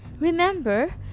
Remember